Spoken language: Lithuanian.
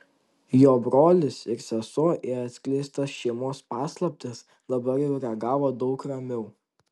jo brolis ir sesuo į atskleistas šeimos paslaptis dabar jau reagavo daug ramiau